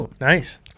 Nice